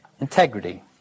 Integrity